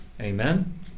Amen